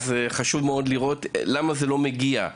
אז חשוב מאוד לראות למה זה לא מגיע.